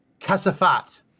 Kasafat